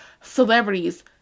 celebrities